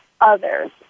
others